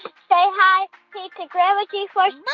say hi to grandma like yeah like